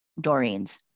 Doreen's